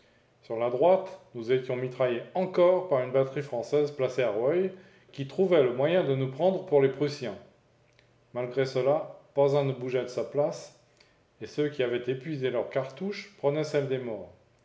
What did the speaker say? sur la droite nous étions mitraillés encore par une batterie française placée à rueil qui trouvait le moyen de nous prendre pour les prussiens la commune malgré cela pas un ne bougeait de sa place et ceux qui avaient épuisé leurs cartouches prenaient celles des morts